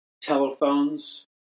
telephones